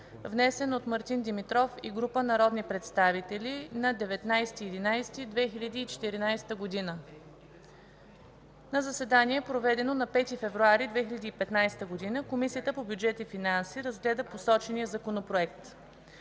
внесен от Мартин Димитров и група народни представители на 19 ноември 2014 г. На заседание, проведено на 5 февруари 2015 г., Комисията по бюджет и финанси разгледа посочения законопроект.